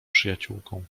przyjaciółką